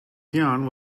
qian